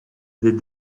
des